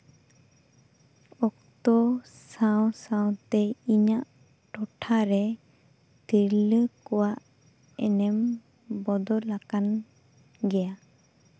ᱚᱠᱛᱚ ᱥᱟᱶ ᱥᱟᱶᱛᱮ ᱤᱧᱟᱹᱜ ᱴᱚᱴᱷᱟᱨᱮ ᱛᱤᱨᱞᱟᱹ ᱠᱚᱣᱟᱜ ᱮᱱᱮᱢ ᱵᱚᱫᱚᱞ ᱟᱠᱟᱱ ᱜᱮᱭᱟ